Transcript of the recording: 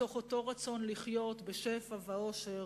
מתוך אותו רצון לחיות בשפע ואושר,